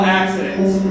accidents